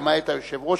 למעט היושב-ראש,